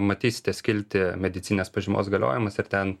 matysite skiltį medicininės pažymos galiojimas ir ten